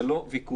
זה לא ויכוח.